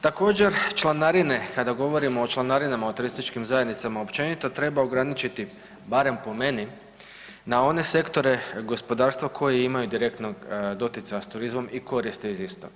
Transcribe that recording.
Također članarine kada govorimo o članarinama u turističkim zajednicama općenito treba ograničiti barem po meni na one sektore gospodarstva koji imaju direktnog doticaja s turizmom i koristi iz istog.